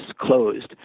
closed